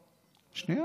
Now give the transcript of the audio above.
לא, שנייה,